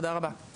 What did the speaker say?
תודה רבה.